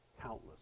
countless